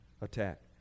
attack